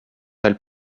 elles